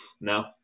No